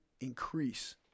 increase